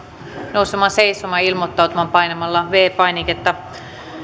nousemaan seisomaan ja ilmoittautumaan painamalla viides painiketta